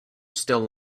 still